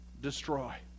destroy